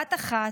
בבת אחת,